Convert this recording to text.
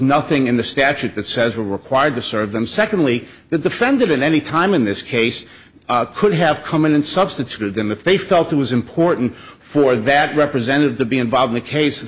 nothing in the statute that says we were required to serve them secondly that the fended in any time in this case could have come in and substituted them if they felt it was important for that representative to be involved the case